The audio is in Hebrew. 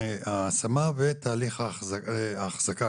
ההשמה ותהליך ההחזקה,